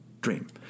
Dream